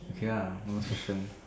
okay lah one more question